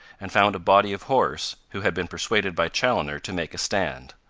and found a body of horse, who had been persuaded by chaloner to make a stand.